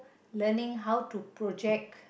learning how to project